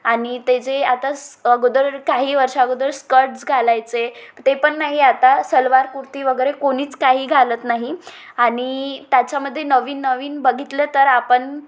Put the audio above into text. आणि ते जे आता स अगोदर काही वर्षा अगोदर स्कर्ट्स घालायचे ते पण नाही आता सलवार कुर्ती वगैरे कोणीच काही घालत नाही आणि त्याच्यामध्ये नवीन नवीन बघितलं तर आपण